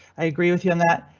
i agree with you on that.